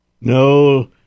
No